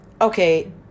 Okay